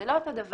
זה לא אותו דבר,